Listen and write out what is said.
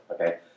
okay